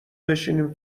بشینیم